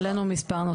העלינו מספר נושאים.